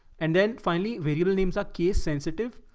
and then finally, variable names are case sensitive.